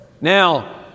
Now